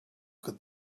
could